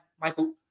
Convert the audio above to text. Michael